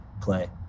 play